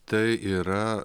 tai yra